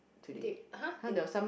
!huh!